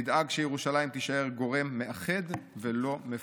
נדאג שירושלים תישאר גורם מאחד ולא מפלג.